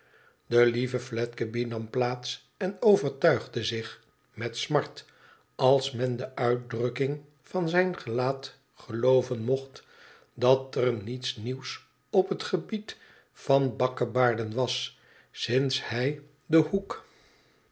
de lieve fledgeby nam plaats en overtuigde zich met smart als men de uitdrukkmg van zijn gelaat geloo ven mocht dat er niets nieuws op het gebied van bakkebaarden was sinds hij den hoek